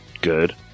good